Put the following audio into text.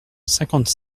cinquante